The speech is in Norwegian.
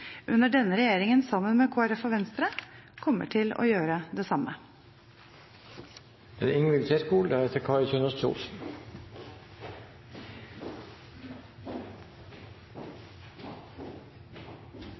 under denne regjeringen, sammen med Kristelig Folkeparti og Venstre, kommer til å gjøre det samme.